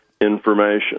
information